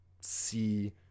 see